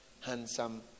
handsome